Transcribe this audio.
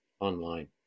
online